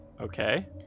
Okay